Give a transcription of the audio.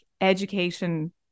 education